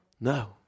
No